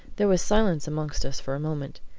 there was silence amongst us for a moment.